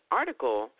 article